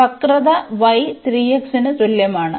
അതിനാൽ വക്രത y 3x ന് തുല്യമാണ്